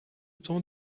temps